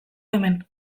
hemen